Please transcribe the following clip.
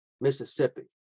Mississippi